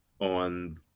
On